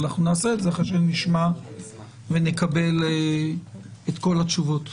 אבל אנחנו נעשה את זה אחרי שנשמע ונקבל את כל התשובות.